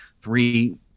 three